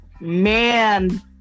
man